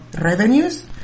revenues